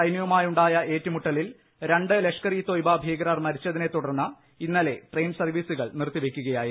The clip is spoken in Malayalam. സൈന്യവുമായുള്ള ഏറ്റുമുട്ടലിൽ രണ്ട് ലഷ്കർ ഇ തോയ്ബ ഭീകരർ മരിച്ചതിനെ തുടർന്ന് ഇന്നലെ ട്രെയിൻ സർവീസുകൾ നിർത്തിവെയ്ക്കുകയായിരുന്നു